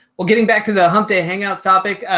well, getting back to the hump day hangouts topic.